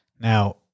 Now